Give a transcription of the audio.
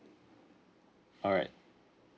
alright